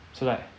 so like